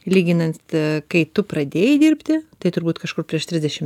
lyginant kai tu pradėjai dirbti tai turbūt kažkur prieš trisdešim